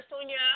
Sonia